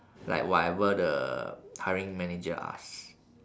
like whatever the hiring manager asks